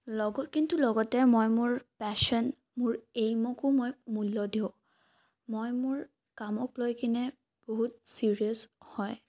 লগৰ কিন্তু লগতে মই মোৰ পেশ্যন মোৰ এইমকো মই মূল্য দিওঁ মই মোৰ কামক লৈ কিনে বহুত চিৰিয়েচ হয়